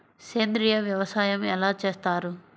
సేంద్రీయ వ్యవసాయం ఎలా చేస్తారు?